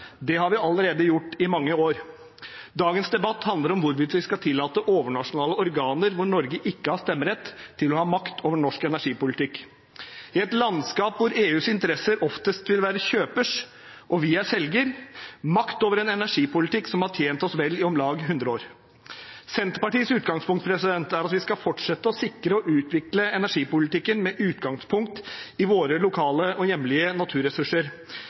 det har vi allerede gjort i mange år. Dagens debatt handler om hvorvidt vi skal tillate overnasjonale organer, hvor Norge ikke har stemmerett, å ha makt over norsk energipolitikk – i et landskap hvor EUs interesser oftest vil være kjøpers – og vi er selger – og makt over en energipolitikk som har tjent oss vel i om lag 100 år. Senterpartiets utgangspunkt er at vi skal fortsette å sikre og utvikle energipolitikken med utgangspunkt i våre lokale og hjemlige naturressurser.